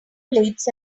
plates